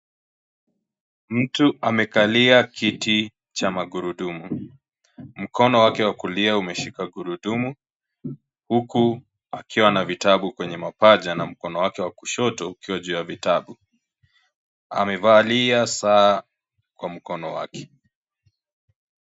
Mtu amekalia kiti cha magurudumu mkono , wake wa kulia umeshika gurudumu huku akiwa na vitabu kwenye mapaja na mkono wake wa kushoto ukiwa juu ya vitabu, amevalia saa kwa mkono wake.